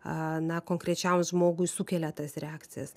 a na konkrečiam žmogui sukelia tas reakcijas